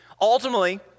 ultimately